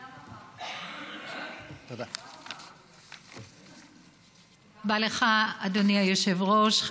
תודה רבה לך, אדוני היושב-ראש.